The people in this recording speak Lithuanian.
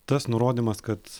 tas nurodymas kad